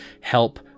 help